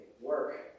work